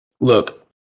Look